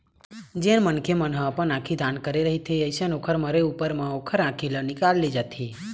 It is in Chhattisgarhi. जेन मनखे मन ह अपन आंखी दान करे रहिथे अइसन ओखर मरे ऊपर म ओखर आँखी ल निकाल ले जाथे